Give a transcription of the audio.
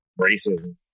Racism